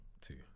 two